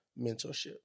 mentorship